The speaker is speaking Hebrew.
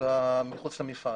מחוץ למפעל.